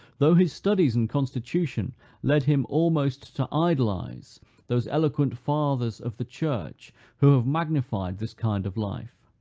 though his studies and constitution led him almost to idolize those eloquent fathers of the church who have magnified this kind of life,